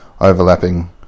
overlapping